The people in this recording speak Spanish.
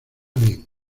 bien